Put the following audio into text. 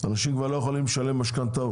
אנשים כבר לא יכולים לשלם משכנתאות.